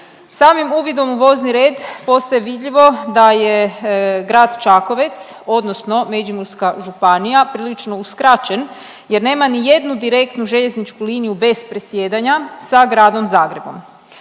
samim uvidom u vozni red postaje vidljivo da je grad Čakovec, odnosno Međimurska županija prilično uskraćen jer nema ni jednu direktnu željezničku liniju bez presjedanja sa gradom Zagrebom.